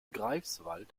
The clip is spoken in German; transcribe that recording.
greifswald